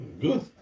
Good